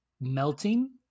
melting